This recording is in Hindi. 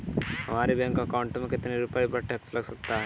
हमारे बैंक अकाउंट में कितने रुपये पर टैक्स लग सकता है?